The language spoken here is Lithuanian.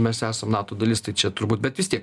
mes esam nato dalis tai čia turbūt bet vis tiek